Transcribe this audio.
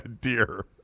Dear